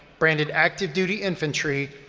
branded active duty infantry,